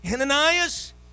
Ananias